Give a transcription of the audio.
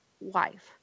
wife